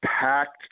packed